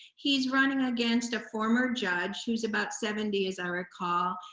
he's running against a former judge who's about seventy, as i recall,